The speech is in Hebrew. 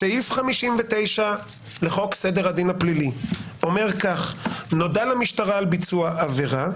סעיף 59 לחוק סדר הדין הפלילי אומר כך: נודע למשטרה על ביצוע עבירה,